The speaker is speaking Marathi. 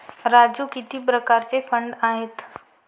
राजू किती प्रकारचे फंड आहेत?